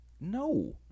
No